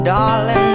Darling